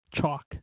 chalk